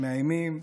מאיימים.